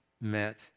met